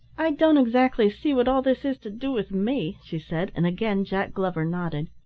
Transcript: i don't exactly see what all this is to do with me, she said, and again jack glover nodded.